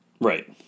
Right